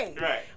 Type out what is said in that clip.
Right